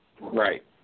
Right